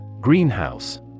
Greenhouse